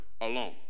alone